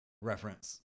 reference